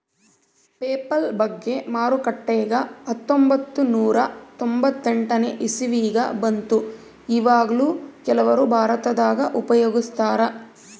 PayPal ಬಗ್ಗೆ ಮಾರುಕಟ್ಟೆಗ ಹತ್ತೊಂಭತ್ತು ನೂರ ತೊಂಬತ್ತೆಂಟನೇ ಇಸವಿಗ ಬಂತು ಈವಗ್ಲೂ ಕೆಲವರು ಭಾರತದಗ ಉಪಯೋಗಿಸ್ತರಾ